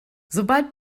sobald